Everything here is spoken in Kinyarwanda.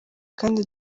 kandi